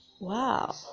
wow